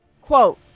Quote